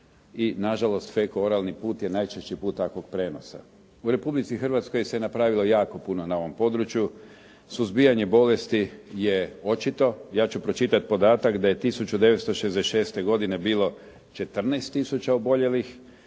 i nažalost, feko-oralni put je najčešći put takvog prijenosa. U Republici Hrvatskoj se napravilo jako puno na ovom području. Suzbijanje bolesti je očito. Ja ću pročitat podatak da je 1966. godine bilo 14 tisuća oboljelih,